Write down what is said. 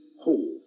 whole